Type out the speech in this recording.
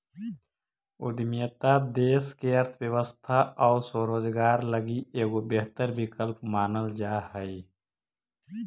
उद्यमिता देश के अर्थव्यवस्था आउ स्वरोजगार लगी एगो बेहतर विकल्प मानल जा हई